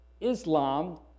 Islam